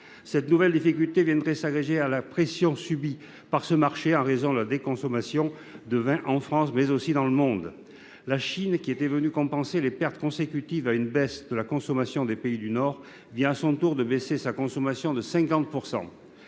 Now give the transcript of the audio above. Cette nouvelle difficulté viendrait s’agréger à la pression déjà subie par ce marché en raison de la déconsommation de vin en France, mais aussi dans le monde. La Chine était venue compenser les pertes consécutives à la baisse de la consommation des pays du Nord, mais sa consommation de vin